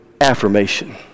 affirmation